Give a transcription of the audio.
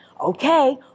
okay